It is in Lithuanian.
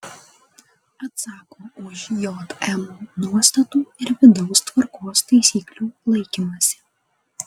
atsako už jm nuostatų ir vidaus tvarkos taisyklių laikymąsi